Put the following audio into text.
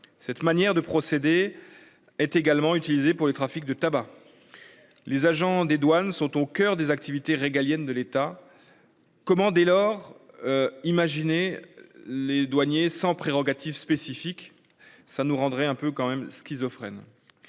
Cette manière de procéder. Est également utilisé pour le trafic de tabac. Les agents des douanes sont au coeur des activités régaliennes de l'État. Comment dès lors. Imaginer les douaniers sans prérogative spécifique ça nous rendrait un peu quand même schizophrène.